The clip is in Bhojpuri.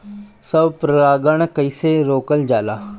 स्व परागण कइसे रोकल जाला?